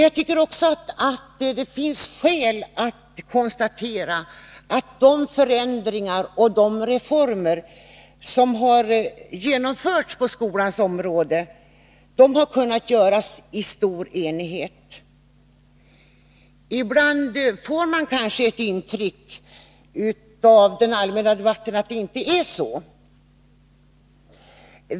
Jag tycker också att det finns skäl att konstatera att de förändringar och reformer som har genomförts på skolans område har kunnat genomföras i stor enighet. Ibland får man av den allmänna debatten kanske ett intryck av att det inte är så.